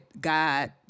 God